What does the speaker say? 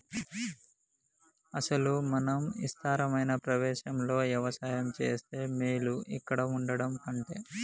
అసలు మనం ఇస్తారమైన ప్రదేశంలో యవసాయం సేస్తే మేలు ఇక్కడ వుండటం కంటె